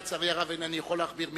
לצערי הרב אינני יכול להכביר מלים,